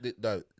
no